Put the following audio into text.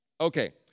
Okay